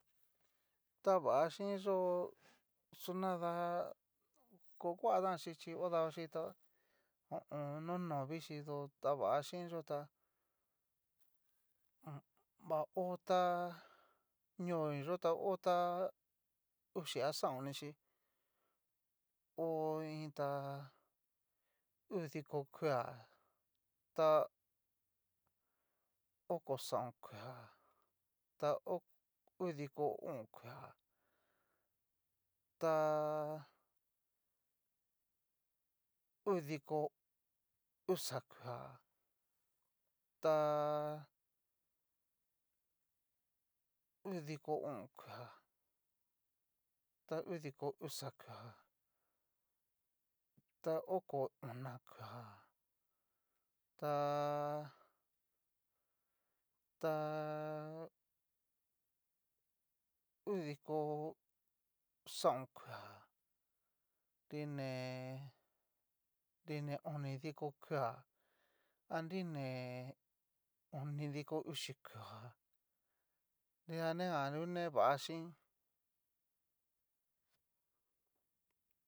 Tá va chinyó xunada. ko kuatanchí chí odavachí to ho o on. novichi tá va ho tá ñooi yo'o ta otá. uxi xaon nixí, ho iin ta udiko kueá ta oko xaón kueá ta oko ta udiko o'on kueá ta. udiko uxa kueá ta. udiko o'on kueá, ta udiko uxa kueá, ta oko ona kueá, ta. ta. udiko xaón kueá dine dine onidiko kueá anri né onidiko uxi kueá, nrida nijan ngu ni né va chín.